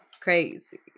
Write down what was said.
Crazy